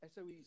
SOEs